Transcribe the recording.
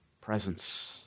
presence